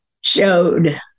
showed